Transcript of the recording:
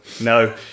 no